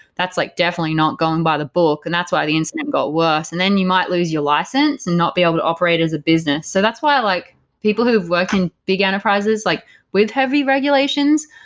that's like definitely not going by the book and that's why the internet got worse. and then you might lose your license and not be able to operate as a business so that's why i like people who have worked in big enterprises like with heavy regulations,